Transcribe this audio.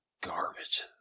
garbage